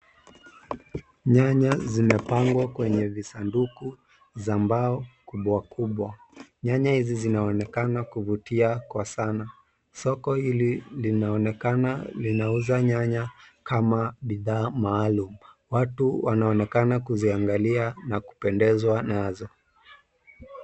Nyanya zimepangwa kwenye visanduku za mbao kubwa kubwa. Nyanya hizi zinaonekana kuvutia kwa sana. Soko ili linaonekana linauza nyanya kama bidhaa maalum. Watu wanaonekana kuziangalia na kupendezwa nazo.